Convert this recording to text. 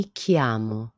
chiamo